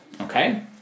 okay